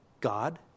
God